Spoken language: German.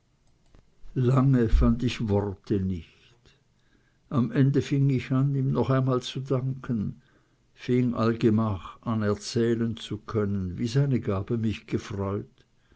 lange fand ich worte nicht am ende fing ich an ihm noch einmal zu danken fing allgemach an erzählen zu können wie seine gabe mich gefreut